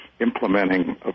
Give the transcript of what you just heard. implementing